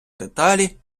деталі